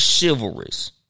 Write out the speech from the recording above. chivalrous